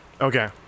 Okay